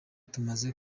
tumaze